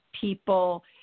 people